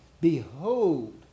Behold